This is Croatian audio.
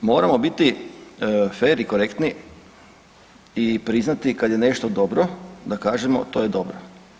I moramo biti fer i korektni i priznati kada je nešto dobro da kažemo to je dobro.